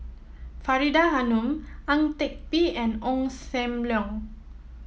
Faridah Hanum Ang Teck Bee and Ong Sam Leong